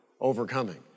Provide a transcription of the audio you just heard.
overcoming